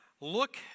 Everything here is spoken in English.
look